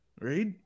right